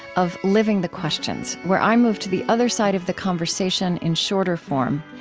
of living the questions, where i move to the other side of the conversation in shorter form.